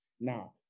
Now